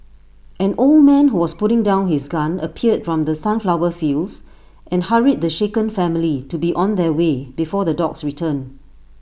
an old man who was putting down his gun appeared from the sunflower fields and hurried the shaken family to be on their way before the dogs return